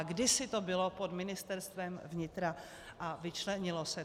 Kdysi to bylo pod Ministerstvem vnitra a vyčlenilo se to.